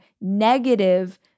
negative